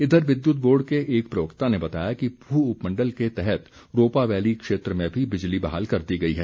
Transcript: इधर विद्युत बोर्ड के एक प्रवक्ता ने बताया कि पूह उपमण्डल के तहत रोपा वैली क्षेत्र में भी बिजली बहाल कर दी गई है